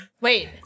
Wait